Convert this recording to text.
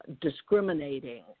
discriminating